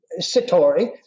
satori